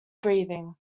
breathing